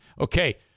Okay